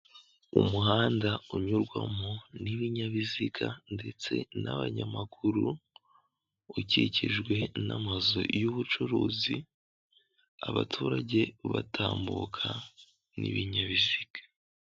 Umuhanda unyurwamo n'ibinyabiziga ndetse n'abanyamaguru ukikijwe n'amazu y'ubucuruzi, abaturage batambuka n'ibinyabiziga.